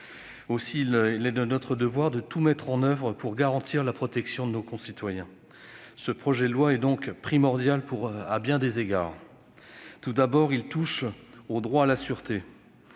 Aussi, il est de notre devoir de tout mettre en oeuvre pour garantir la protection de nos concitoyens. Ce projet de loi est primordial à bien des égards. Tout d'abord, il touche au droit à la sûreté.